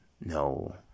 No